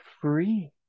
free